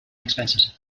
expenses